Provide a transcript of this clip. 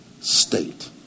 state